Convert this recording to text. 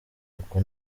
kuko